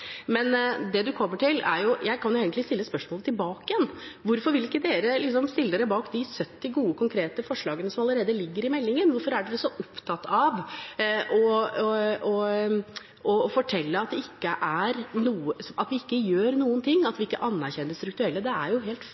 Men jeg kan egentlig stille spørsmålet tilbake igjen: Hvorfor vil man ikke stille seg bak de 70 gode, konkrete forslagene som allerede ligger i meldingen? Hvorfor er man så opptatt av å fortelle at vi ikke gjør noen ting? At vi ikke anerkjenner det strukturelle, er jo helt